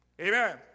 Amen